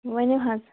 ؤنِو حظ